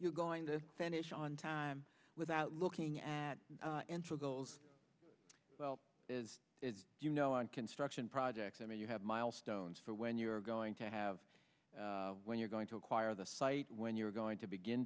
going to finish on time without looking at and for those well as you know on construction projects i mean you have milestones for when you're going to have when you're going to acquire the site when you're going to begin